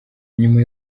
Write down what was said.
nyuma